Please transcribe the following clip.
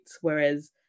Whereas